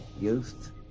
youth